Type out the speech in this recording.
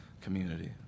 community